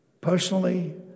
personally